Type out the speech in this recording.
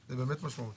זה באמת משמעותי.